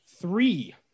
Three